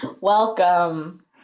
Welcome